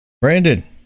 Brandon